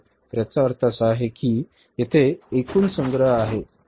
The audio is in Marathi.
तर याचा अर्थ असा आहे की येथे एकूण संग्रह आहे बरोबर